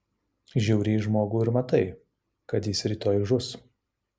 žiūri į žmogų ir matai kad jis rytoj žus